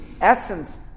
essence